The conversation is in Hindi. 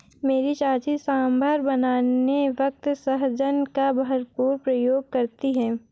मेरी चाची सांभर बनाने वक्त सहजन का भरपूर प्रयोग करती है